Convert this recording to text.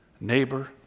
neighbor